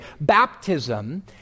baptism